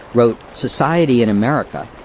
wrote society in america,